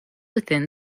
within